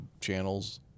channels